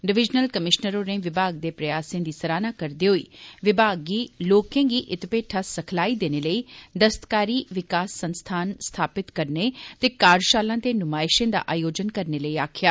divisional commissioner होरें विभाग दे प्रयासें दी सराहना करदे होई विभाग गी लोकें गी इत्त पेठा सखलाई देने लेई दस्तकारी विकास संस्थान स्थापित करने ते कार्यशालां ते नुमायशें दा आयोजन करने लेई आक्खेआ